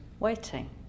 waiting